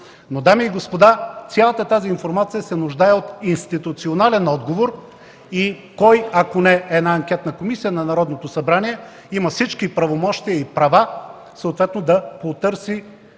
Дами и господа, цялата тази информация се нуждае от институционален отговор и кой, ако не една анкетна комисия на Народното събрание, има всички правомощия и права съответно да потърси